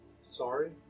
Sorry